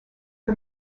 for